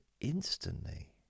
instantly